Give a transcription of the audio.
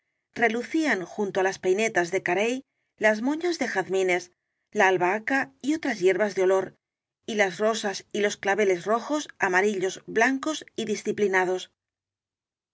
relucían junto á las peinetas de carey las moñas de jazmines la albahaca y otras hierbas de olor y las rosas y los claveles rojos amarillos blancos y